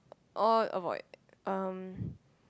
all avoid um